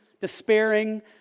despairing